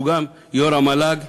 שהוא גם יו"ר המל"ג.